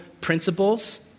principles